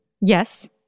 Yes